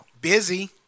Busy